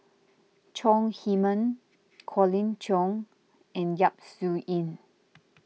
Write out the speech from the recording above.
Chong Heman Colin Cheong and Yap Su Yin